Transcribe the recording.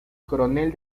coronel